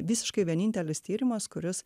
visiškai vienintelis tyrimas kuris